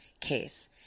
Case